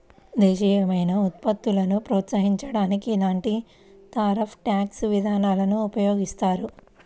దేశీయమైన ఉత్పత్తులను ప్రోత్సహించడానికి ఇలాంటి టారిఫ్ ట్యాక్స్ విధానాలను ఉపయోగిస్తారు